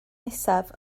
nesaf